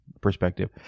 perspective